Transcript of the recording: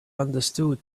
understood